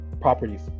properties